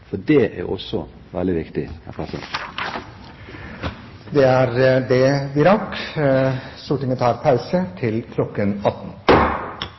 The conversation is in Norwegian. Det er også veldig viktig. Den reglementsmessige tiden for formiddagens møte er nå over, og Stortinget tar pause til kl. 18.